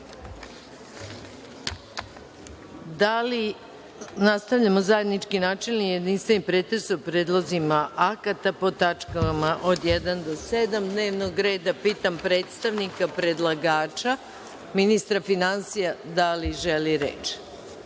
radom. Nastavljamo zajednički jedinstveni pretres o predlozima akata po tačkama od 1. do 7. dnevnog reda. Pitam predstavnika predlagača, ministra finansija - da li želi